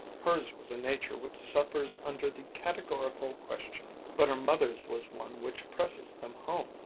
hers was a nature which suffers under the categorical question but her mother's was one which presses them home.